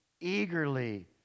eagerly